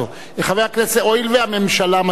הואיל והממשלה מסכימה,